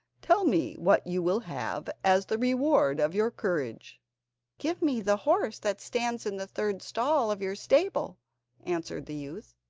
tell me what you will have as the reward of your courage give me the horse that stands in the third stall of your stable answered the youth.